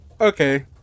Okay